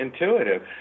intuitive